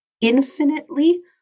infinitely